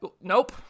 Nope